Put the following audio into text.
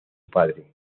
padre